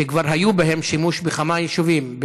שכבר היה בהם שימוש בכמה יישובים,